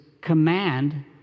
command